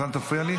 אז אל תפריע לי.